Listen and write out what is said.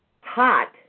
hot